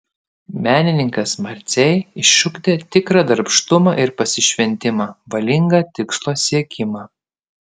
menininkas marcei išugdė tikrą darbštumą ir pasišventimą valingą tikslo siekimą